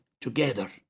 together